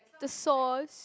the sauce